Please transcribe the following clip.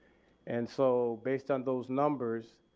and so, based on those numbers